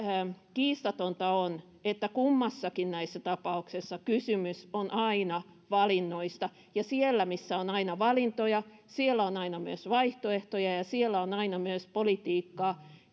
kiistatonta kuitenkin on että kummassakin näissä tapauksessa kysymys on aina valinnoista ja siellä missä on valintoja on aina myös vaihtoehtoja ja ja aina myös politiikkaa